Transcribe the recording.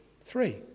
Three